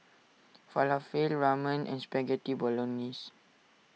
Falafel Ramen and Spaghetti Bolognese